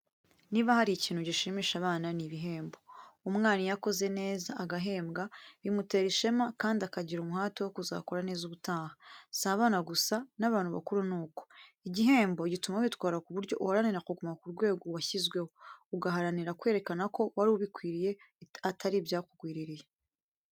Niba hari ikintu gishimisha abana, ni ibehembo. Umwana iyo yakoze neza agahembwa bimutera ishema kandi akagira umuhate wo kuzakora neza ubutaha. Si abana gusa n'abantu bakuru ni uko, igihembo gituma witwara ku buryo uharanira kuguma ku rwego washyizweho, uguharanira kwerekanako wari ubikwiriye atari ibyakugwirirye.